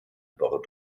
bord